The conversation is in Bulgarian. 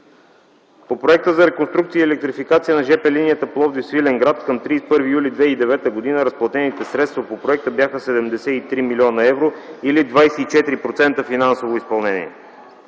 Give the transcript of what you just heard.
По проекта за реконструкция и електрификация на ж.п. линията Пловдив-Свиленград към 31 юли 2009 г. разплатените средства по проекта бяха 73 млн. евро или 24% финансово изпълнение.